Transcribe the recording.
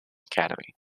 academy